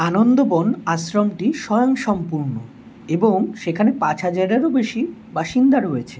আনন্দবন আশ্রমটি স্বয়ংসম্পূর্ণ এবং সেখানে পাঁচ হাজারেরও বেশি বাসিন্দা রয়েছে